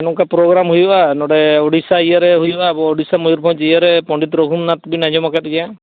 ᱱᱚᱝᱠᱟ ᱯᱨᱳᱜᱨᱟᱢ ᱦᱩᱭᱩᱜᱼᱟ ᱱᱚᱰᱮ ᱳᱰᱤᱥᱟ ᱤᱭᱟᱹ ᱨᱮ ᱦᱩᱭᱩᱜᱼᱟ ᱟᱵᱚ ᱳᱰᱤᱥᱟ ᱢᱚᱭᱩᱨᱵᱷᱚᱸᱡᱽ ᱤᱭᱟᱹ ᱨᱮ ᱯᱚᱰᱤᱛ ᱨᱚᱜᱷᱩᱱᱟᱛᱷ ᱵᱤᱱ ᱟᱸᱡᱚᱢ ᱠᱟᱫ ᱜᱮᱭᱟ